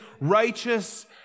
righteous